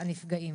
והנפגעים.